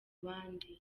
bandi